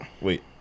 wait